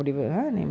ya